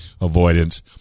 avoidance